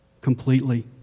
completely